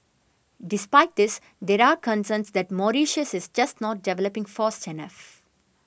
despite this there are concerns that Mauritius is just not developing fast enough